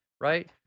right